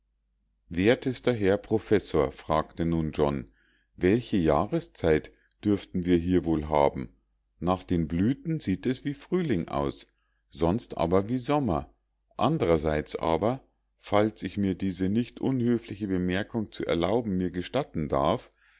wertester herr professor fragte nun john welche jahreszeit dürften wir hier wohl haben nach den blüten sieht es wie frühling aus sonst aber wie sommer andrerseits aber falls ich mir diese nicht unhöfliche bemerkung zu erlauben mir gestatten darf